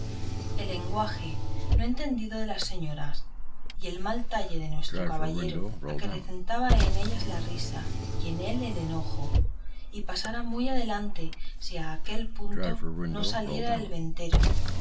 el lenguaje no entendido de las señoras y el mal talle de nuestro caballero acrecentaba en ellas la risa y en él el enojo y pasara muy adelante si a aquel punto no saliera el ventero